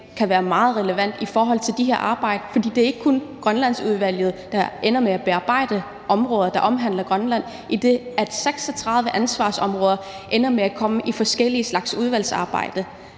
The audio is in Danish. kan være meget relevant i forhold til det her arbejde. For det er ikke kun Grønlandsudvalget, der ender med at bearbejde de områder, der omhandler Grønland, idet 36 ansvarsområder ender med at komme i forskellige slags udvalgsarbejde,